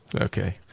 Okay